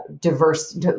diverse